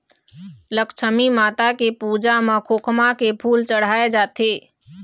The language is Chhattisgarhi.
लक्छमी माता के पूजा म खोखमा के फूल चड़हाय जाथे